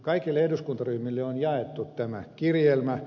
kaikille eduskuntaryhmille on jaettu tämä kirjelmä